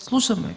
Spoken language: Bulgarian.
Слушаме